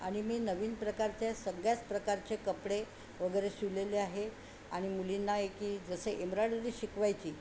आणि मी नवीन प्रकारचे सगळ्याच प्रकारचे कपडे वगरे शिवलेले आहे आणि मुलींना आहे की जसे एम्ब्रॉयडरी शिकवायची